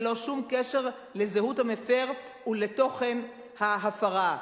ללא שום קשר לזהות המפר ולתוכן ההפרה.